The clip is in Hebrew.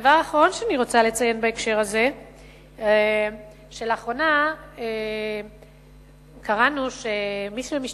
הדבר האחרון שאני רוצה לציין בהקשר הזה הוא שלאחרונה קראנו שמי שמשתמש,